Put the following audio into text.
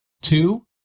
Two